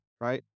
right